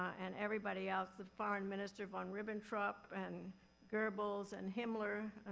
and everybody else, the foreign minister von ribbentrop and goebbels and himmler.